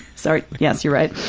sorry, yes, you're right.